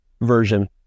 version